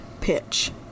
pitch